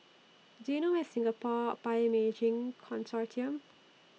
Do YOU know Where IS Singapore Bioimaging Consortium